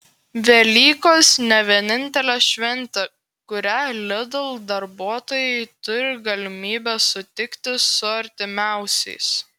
velykos ne vienintelė šventė kurią lidl darbuotojai turi galimybę sutikti su artimiausiais